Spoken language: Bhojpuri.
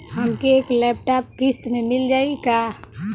हमके एक लैपटॉप किस्त मे मिल जाई का?